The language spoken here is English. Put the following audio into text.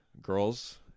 girls